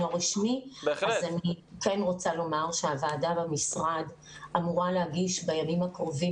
אז אני כן רוצה לומר שהוועדה במשרד אמורה להגיש בימים הקרובים